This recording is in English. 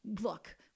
look